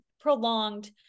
prolonged